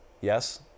Yes